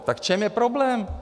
Tak v čem je problém?